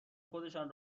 خودشان